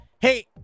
Hey